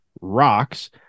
rocks